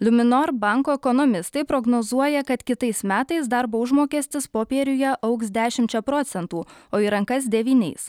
luminor banko ekonomistai prognozuoja kad kitais metais darbo užmokestis popieriuje augs dešimčia procentų o į rankas devyniais